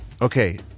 Okay